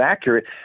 accurate